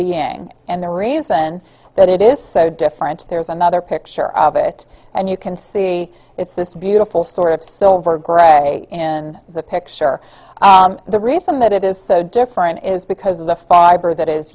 being and the reason that it is so different there's another picture of it and you can see it's this beautiful sort of silver gray in the picture the reason that it is so different is because of the fiber that is